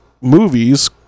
movies